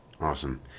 Awesome